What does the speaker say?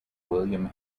william